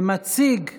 מציגה